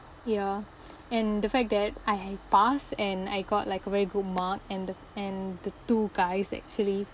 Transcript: ya and the fact that I passed and I got like a very good mark and the and the two guys like actually